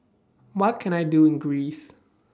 What Can I Do in Greece